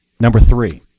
number three.